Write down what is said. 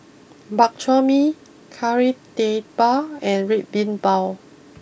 Bak Chor Mee Kari Debal and Red Bean Bao